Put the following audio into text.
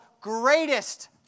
greatest